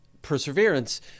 Perseverance